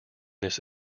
this